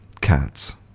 cats